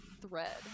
thread